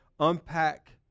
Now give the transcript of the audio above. unpack